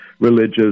religious